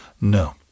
No